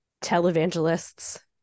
televangelists